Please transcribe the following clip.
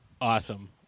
awesome